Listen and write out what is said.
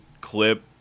clip